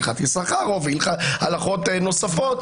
הלכת יששכרוב והלכות נוספות.